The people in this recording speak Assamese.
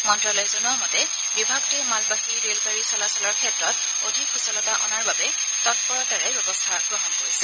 মন্ত্যালয়ে জনোৱা মতে বিভাগটোৱে মালবাহী ৰেলগাঙীৰ চলাচলৰ ক্ষেত্ৰত অধিক সূচলতা অনাৰ বাবে তৎপৰতাৰে ব্যৱস্থা গ্ৰহণ কৰিছে